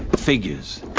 Figures